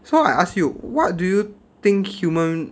so I ask you what do you think human